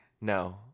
No